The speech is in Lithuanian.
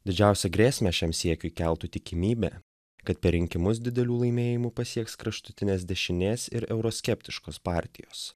didžiausią grėsmę šiam siekiui keltų tikimybė kad per rinkimus didelių laimėjimų pasieks kraštutinės dešinės ir euroskeptiškos partijos